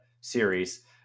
series